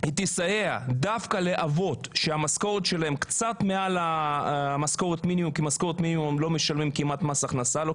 פורסמה אני מקבל המון שאלות בנושא הזה וגם